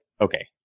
okay